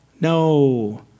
no